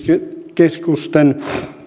keskusten